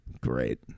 great